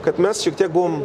kad mes šiek tiek buvom